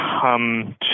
come